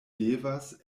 devas